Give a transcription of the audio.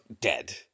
dead